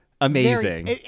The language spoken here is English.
amazing